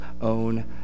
own